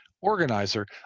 organizer